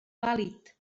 vàlid